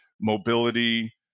mobility